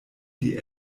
die